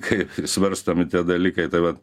kai svarstomi tie dalykai tai vat